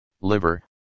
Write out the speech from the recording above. liver